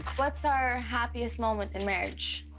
what's our happiest moment in marriage.